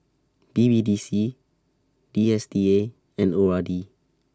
B B D C D S T A and O R D